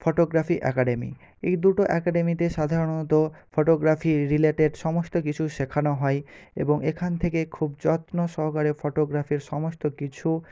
photography academy এই দুটো অ্যাকাডেমিতে সাধারণত ফটোগ্রাফি রিলেটেড সমস্ত কিছু শেখানো হয় এবং এখান থেকে খুব যত্ন সহকারে ফটোগ্রাফির সমস্ত কিছু